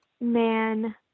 man